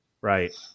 Right